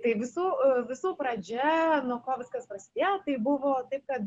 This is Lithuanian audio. tai visų visų pradžia nuo ko viskas prasidėjo tai buvo taip kad